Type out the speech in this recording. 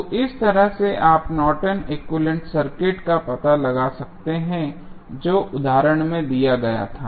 तो इस तरह से आप Norton equivalent circuit Nortons equivalent circuit का पता लगा सकते हैं जो उदाहरण में दिया गया था